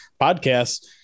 podcast